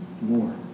more